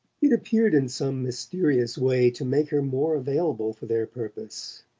it appeared in some mysterious way to make her more available for their purpose,